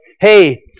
hey